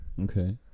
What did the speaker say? Okay